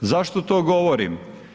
Zašto to govorim?